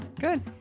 Good